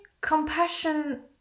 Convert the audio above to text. compassion